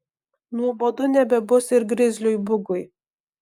nuobodu nebebus ir grizliui bugui